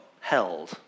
held